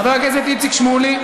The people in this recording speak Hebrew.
חבר הכנסת איציק שמולי?